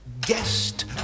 guest